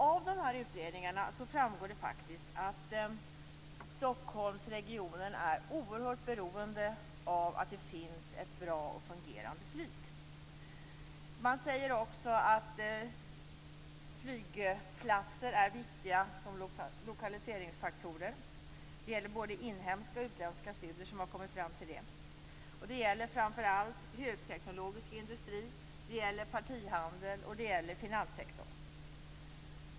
Av utredningarna framgår att Stockholmsregionen är oerhört beroende av att det finns ett bra och fungerade flyg. De säger också att flygplatser är viktiga som lokaliseringsfaktorer. Både inhemska och utländska studier har kommit fram till detta. Det gäller framför allt högteknologisk industri, partihandel och finanssektorn.